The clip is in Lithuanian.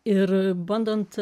ir bandant